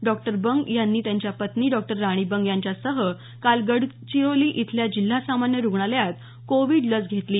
डॉ बंग यांनी त्यांच्या पत्नी डॉ राणी बंग यांच्यासह काल गडचिरोली इथल्या जिल्हा सामान्य रुग्णालयात कोविड लस घेतली